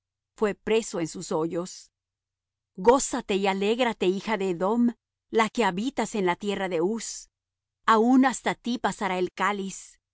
fué preso en sus hoyos gózate y alégrate hija de edom la que habitas en tierra de hus aun hasta ti pasará el cáliz